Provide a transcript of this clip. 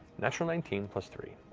natural nineteen plus three.